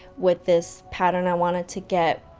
with this pattern, i wanted to get.